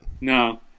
No